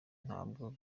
ntabwo